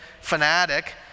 fanatic